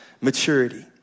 maturity